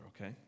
okay